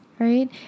right